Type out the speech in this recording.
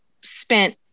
spent